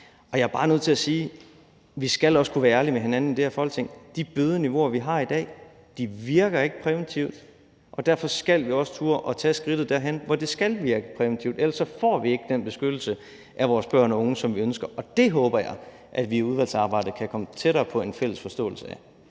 Og jeg er bare nødt til at sige – for vi skal også kunne være ærlige over for hinanden i det her Folketing – at de bødeniveauer, vi har i dag, virker ikke præventivt, og derfor skal vi også turde at tage skridtet derhen, hvor det skal virke præventivt. Ellers får vi ikke den beskyttelse af vores børn og unge, som vi ønsker, og jeg håber, at vi i udvalgsarbejdet kan komme tættere på en fælles forståelse af